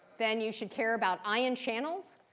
then you should care about ion channels.